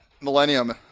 Millennium